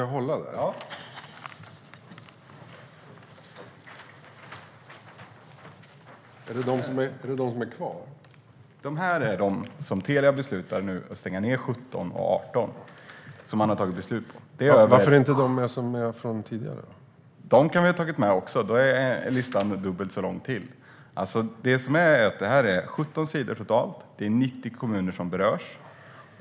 Det är en lång lista. : Gäller det dem som är kvar?) Det här gäller dem som Telia har tagit beslut om nedsläckning för under 2017 och 2018. : Varför är inte tidigare berörda med?) Dem hade jag förstås också kunnat ta med. Då hade listan blivit dubbelt så lång. Denna lista är på totalt 17 sidor, och 90 kommuner berörs.